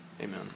Amen